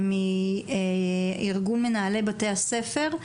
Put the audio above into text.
מארגון מנהלי בתי הספר,